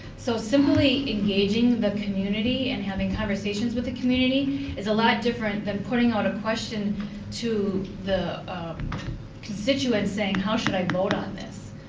so, simply engaging the community and having conversations with the community is a lot different than putting out a question to the constituents saying, how should i vote on this?